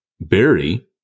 Barry